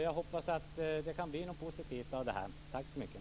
Jag hoppas att det kan bli något positivt av det här. Tack så mycket.